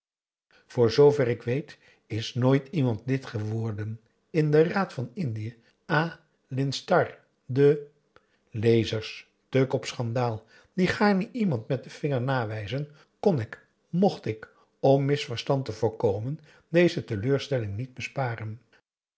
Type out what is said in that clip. voor zoover ik weet is nooit iemand lid geworden in den raad van indië à l'instar de lezers tuk op schandaal die gaarne iemand met den vinger nawijzen kon ik mocht ik om misverstand te voorkomen deze teleurstelling niet besparen